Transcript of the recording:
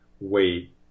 Wait